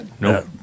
No